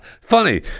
funny